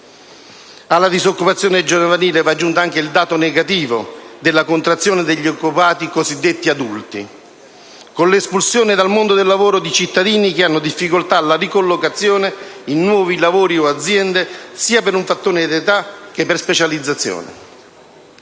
Alla disoccupazione giovanile va aggiunto il dato negativo della contrazione degli occupati cosiddetti adulti, con l'espulsione dal mondo del lavoro di cittadini che hanno difficoltà alla ricollocazione in nuovi lavori o aziende, sia per un fattore d'età che per specializzazione.